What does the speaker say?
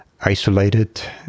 isolated